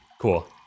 Cool